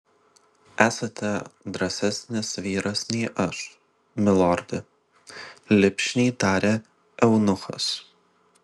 esate drąsesnis vyras nei aš milorde lipšniai tarė eunuchas